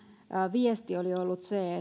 viesti oli ollut se